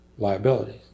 liabilities